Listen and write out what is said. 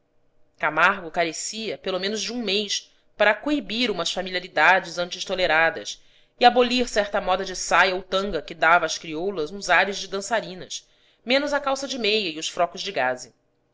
camargo carecia pelo menos de um mês para coibir umas familiaridades antes toleradas e abolir certa moda de saia ou tanga que dava às crioulas uns ares de dançarinas menos a calça de meia e os frocos de gaze